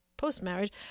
post-marriage